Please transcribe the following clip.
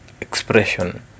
expression